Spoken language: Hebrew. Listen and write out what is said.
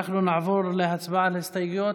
נעבור להצבעה על הסתייגויות.